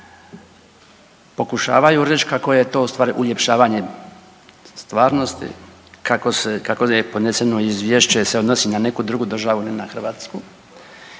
Pokušavaju reći kako je to ustvari uljepšavanje stvarnosti, kako se, kako je podneseno izvješće se odnosi na neku drugu državu, ne na Hrvatsku